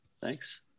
Thanks